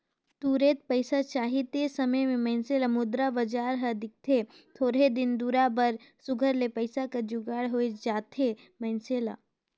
तुरते पइसा चाही ते समे में मइनसे ल मुद्रा बजार हर दिखथे थोरहें दिन दुरा बर सुग्घर ले पइसा कर जुगाड़ होए जाथे मइनसे ल